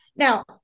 Now